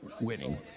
winning